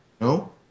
no